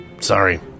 Sorry